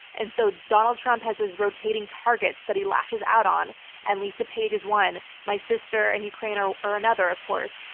and so donald trump has his rotating targets that he lashes out on and lisa page is one. my sister and ukraine are are another, of course,